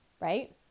right